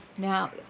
Now